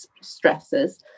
stresses